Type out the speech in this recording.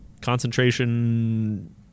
concentration